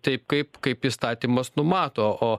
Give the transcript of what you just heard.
taip kaip kaip įstatymas numato o